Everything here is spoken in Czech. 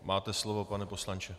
Máte slovo, pane poslanče.